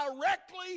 directly